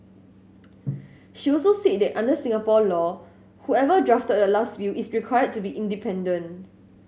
she also said that under Singapore law whoever drafted the last will is required to be independent